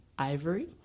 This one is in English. Ivory